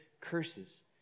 curses